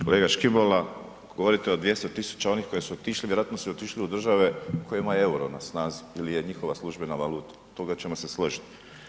Kolega Škibola, govorite o 200 tisuća onih koji su otišli, vjerojatno su otišli u države koje imaju euro na snazi ili je njihova službena valuta, oko toga ćemo se složiti.